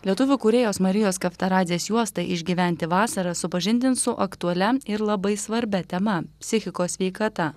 lietuvių kūrėjos marijos kavtaradzės juosta išgyventi vasarą supažindins su aktualia ir labai svarbia tema psichikos sveikata paulius